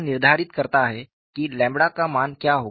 यह निर्धारित करता है कि लैम्ब्डा का मान क्या होगा